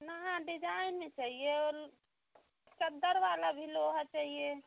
ना डिजाइन में चाहिए और चद्दर वाला भी लोहा चाहिए